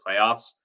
playoffs